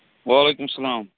وعلیکُم سلام